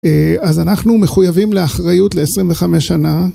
אז אנחנו מחויבים לאחריות ל-25 שנה.